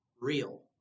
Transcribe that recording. real